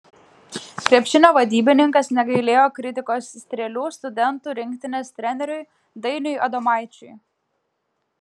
krepšinio vadybininkas negailėjo kritikos strėlių studentų rinktinės treneriui dainiui adomaičiui